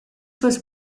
was